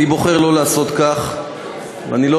אני בוחר שלא לעשות זאת,